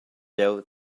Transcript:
jeu